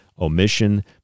omission